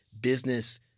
business